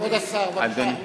כבוד השר, בבקשה.